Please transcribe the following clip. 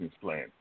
plan